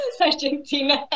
Argentina